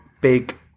big